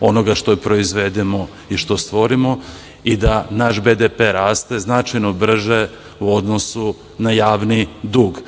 onoga što je proizvedeno i što stvorimo i da naš BDP raste značajno brže u odnosu na javni dug.